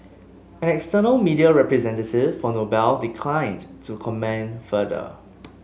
an external media representative for Noble declined to comment further